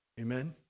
Amen